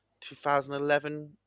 2011